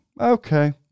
okay